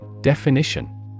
Definition